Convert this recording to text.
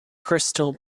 crystal